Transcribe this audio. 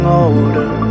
older